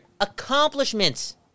Accomplishments